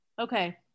Okay